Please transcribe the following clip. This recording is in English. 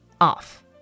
off